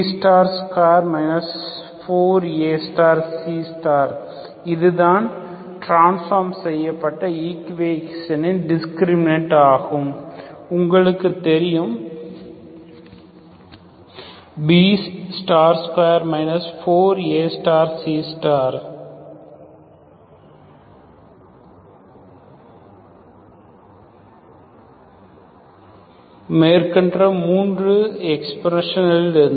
B2 4ACஇதுதான் transform செய்யப்பட்ட ஈக்குவேஷனின் டிஸ்கிரிமினன் ஆகும் உங்களுக்குத் தெரியும் B2 4AC AAx2 Bξx ξyCξy2 B2A ξxxB ξxyx ξy 2C ξyy CAx2BxyCy2 மேற்கண்ட மூன்று எக்ஸ்பிரஷனில் இருந்து